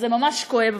זה ממש כואב,